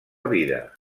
vida